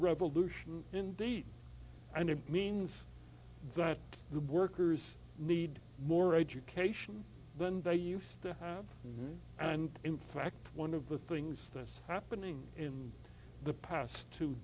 revolution indeed and it means that the workers need more education than they used to and in fact one of the things that's happening in the past two